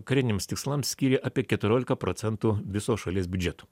kariniams tikslams skyrė apie keturiolika procentų viso šalies biudžeto